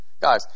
Guys